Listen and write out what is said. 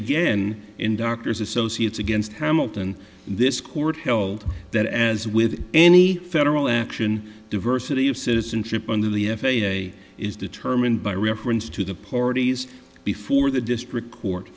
again in doctors associates against hamilton this court held that as with any federal action diversity of citizenship under the f a a is determined by reference to the parties before the district court